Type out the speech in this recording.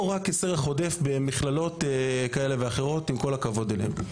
רק כסרח עודף במכללות כאלו ואחרות עם כל הכבוד להן.